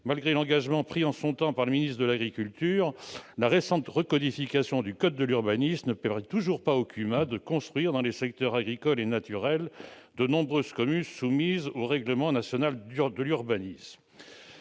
malgré l'engagement pris par le ministre de l'agriculture de l'époque, la récente recodification du code de l'urbanisme ne permet toujours pas aux CUMA de construire dans les secteurs agricoles et naturels de nombreuses communes soumises au règlement national de l'urbanisme.